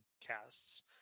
casts